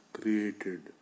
created